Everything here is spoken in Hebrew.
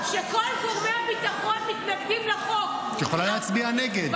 כל גורמי הביטחון מתנגדים לחוק --- את יכולה להצביע נגד.